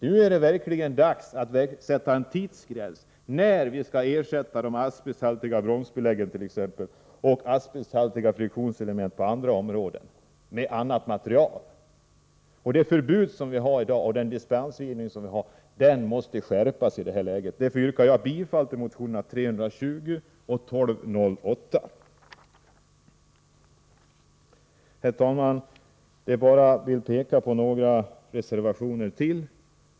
Nu är det verkligen dags att sätta en tidsgräns för när de asbesthaltiga bromsbeläggen och de asbesthaltiga friktionselementen på andra områden skall vara ersatta med annat material. Det förbud och den dispensgivning som vi har i dag måste skärpas, och därför yrkar jag bifall till motionerna 320 och 1208. Herr talman! Jag vill beröra några reservationer till.